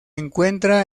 encuentra